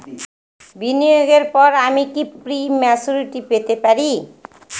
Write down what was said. বিনিয়োগের পর আমি কি প্রিম্যচুরিটি পেতে পারি?